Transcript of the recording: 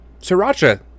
sriracha